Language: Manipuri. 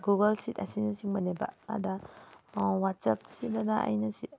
ꯒꯨꯒꯜ ꯁꯤꯠ ꯑꯁꯤꯅꯆꯤꯡꯕꯅꯦꯕ ꯑꯗ ꯋꯥꯠꯆꯞ ꯁꯤꯗꯅ ꯑꯩꯅ